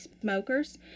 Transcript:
smokers